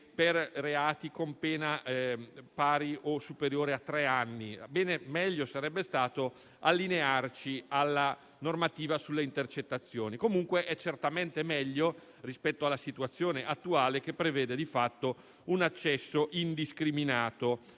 per reati con pena pari o superiore a tre anni. Sarebbe stato preferibile allinearci alla normativa sulle intercettazioni, ma è certamente meglio rispetto alla situazione attuale, che prevede di fatto un accesso indiscriminato